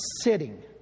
sitting